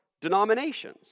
Denominations